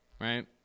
Right